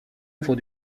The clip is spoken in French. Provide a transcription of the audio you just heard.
œuvre